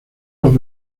los